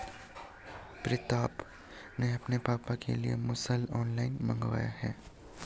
प्रितम ने अपने पापा के लिए मुसल ऑनलाइन मंगवाया है